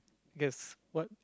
guess what